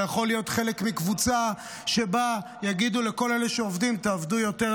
אתה יכול להיות חלק מקבוצה שבה יגידו לאלה שעובדים: עבדו יותר,